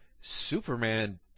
Superman